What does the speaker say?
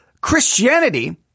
Christianity—